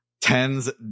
Tens